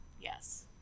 Yes